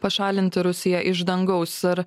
pašalinti rusiją iš dangaus ar